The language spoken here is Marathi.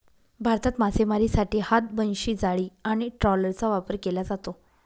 भारतात मासेमारीसाठी हात, बनशी, जाळी आणि ट्रॉलरचा वापर केला जातो